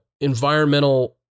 environmental